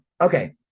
Okay